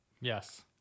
Yes